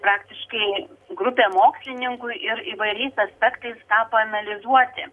praktiškai grupė mokslininkų ir įvairiais aspektais tą paanalizuoti